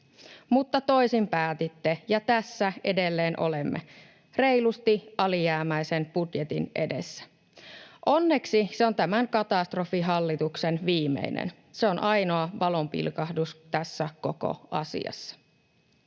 Mutta toisin päätitte, ja tässä edelleen olemme — reilusti alijäämäisen budjetin edessä. Onneksi se on tämän katastrofihallituksen viimeinen. Se on ainoa valonpilkahdus tässä koko asiassa.